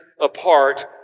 apart